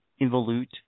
involute